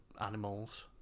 animals